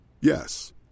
Yes